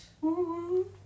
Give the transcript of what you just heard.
woo